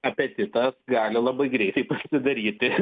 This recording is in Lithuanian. apetitas gali labai greitai pasidaryti